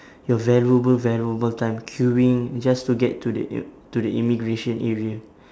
your valuable valuable time queuing just to get to the i~ to the immigration area